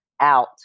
out